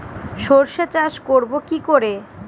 সর্ষে চাষ করব কি করে?